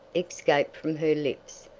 escaped from her lips,